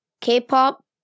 K-pop